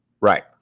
Right